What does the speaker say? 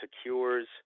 secures